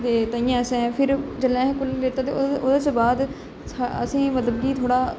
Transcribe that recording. ते ताहियैं असें फिर जिसलै आसें कूलर लैता ते ओहदे कशा बाद असेंगी मतलब कि थोह्ड़ा